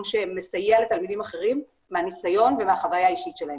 שמסייע לתלמידים אחרים מהנסיון ומהחוויה האישית שלהם.